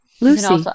Lucy